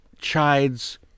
chides